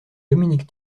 dominique